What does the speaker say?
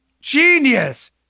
Genius